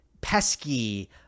pesky